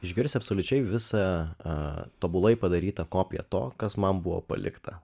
išgirs absoliučiai visa tobulai padaryta kopija to kas man buvo palikta